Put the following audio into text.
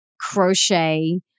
crochet